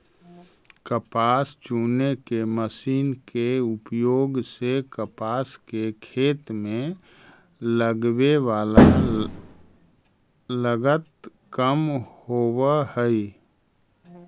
कपास चुने के मशीन के उपयोग से कपास के खेत में लगवे वाला लगत कम होवऽ हई